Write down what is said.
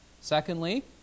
Secondly